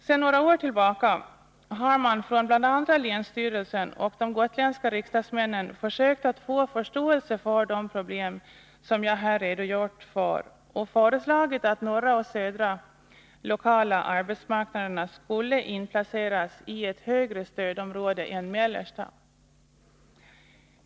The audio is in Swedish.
Sedan några år tillbaka har man från bl.a. länsstyrelsen och de gotländska riksdagsmännen försökt att skapa förståelse för de problem som jag här redogjort för och föreslagit, att norra och södra lokala arbetsmarknaderna skulle inplaceras i ett högre stödområde än mellersta.